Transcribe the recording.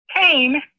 came